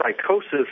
psychosis